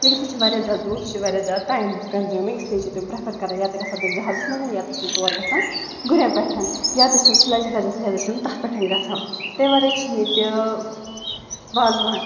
لیکِن سُہ چھِ واریاہ زیادٕ دوٗر سُہ چھِ واریاہ زیادٕ ٹایم کَنزیوٗمِنٛگ اِسلیے چھِ تِم پرٛٮ۪فر کَران یا تہِ گژھن تِم جہازَس منٛز یا تہِ چھِ تِم تور گژھان گُرٮ۪ن پٮ۪ٹھ یا تہِ چھِ تِم سٕلیج وٕلیج یا تہِ چھِ تِم تَتھ پٮ۪ٹھ گژھان تمہِ وَرٲے چھِ ییٚتہِ وازوان